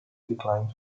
declined